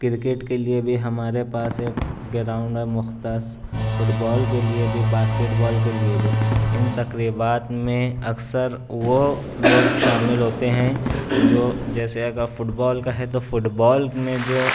cricket کے لئے بھی ہمارے پاس ایک گراؤنڈ ہے مختص فٹ بال کے لئے بھی باسکٹ بال کے لئے بھی ان تقریبات میں اکثر وہ لوگ شامل ہوتے ہیں جو جیسے اگر فٹ بال کا ہے تو فٹ بال میں جو